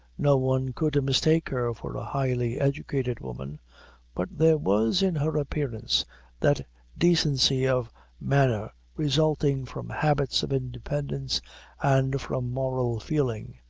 no one could mistake her for a highly-educated woman but there was in her appearance that decency of manner resulting from habits of independence and from moral feeling,